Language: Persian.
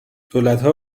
دولتها